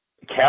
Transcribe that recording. Cap